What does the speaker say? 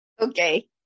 Okay